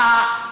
באמת.